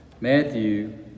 Matthew